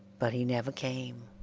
but he never came.